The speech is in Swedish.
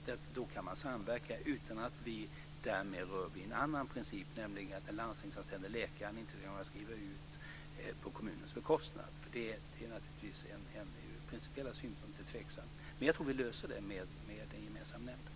Då kan man samverka utan att vi därmed rör vid en annan princip, nämligen att den landstingsanställde läkaren inte ska kunna skriva ut något på kommunens bekostnad. Det är naturligtvis ur principiell synvinkel tveksamt, men jag tror att vi löser det problemet med en gemensam nämnd.